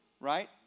right